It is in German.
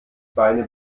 beine